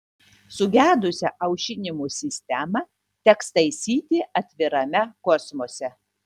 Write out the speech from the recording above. sugedusią aušinimo sistemą teks taisyti atvirame kosmose